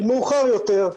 מאוחר יותר,